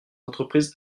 entreprises